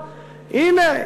הנה,